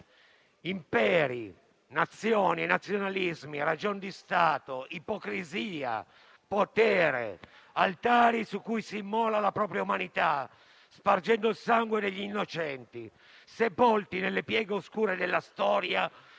Imperi, nazioni, nazionalismi, ragion di Stato, ipocrisia, potere sono gli altari su cui si immola la propria umanità, spargendo il sangue degli innocenti sepolti nelle pieghe oscure della storia,